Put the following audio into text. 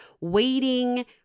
waiting